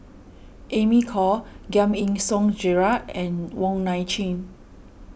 Amy Khor Giam Yean Song Gerald and Wong Nai Chin